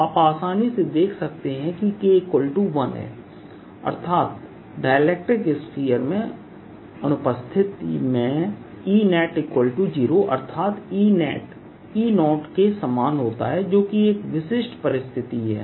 आप आसानी से देख सकते हैं कि यदिK1है अर्थात डाइलेक्ट्रिक स्पीयर के अनुपस्थित में EnetE0अर्थात Enet E0 के समान होता है जोकि एक विशिष्ट परिस्थिति है